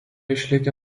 išlikę